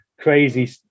crazy